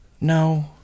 No